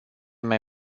mai